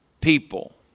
people